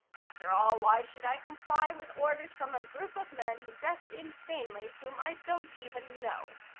after all, why should i comply with orders from a group of men, dressed insanely, whom i don't even know?